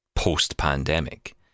post-pandemic